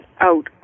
out